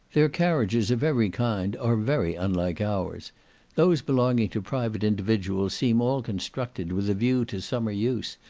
their carriages of every kind are very unlike ours those belonging to private individuals seem all constructed with a view to summer use,